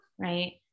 right